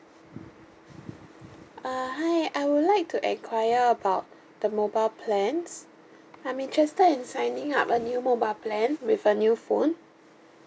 uh hi I would like to inquire about the mobile plans I'm interested in signing up a new mobile plan with a new phone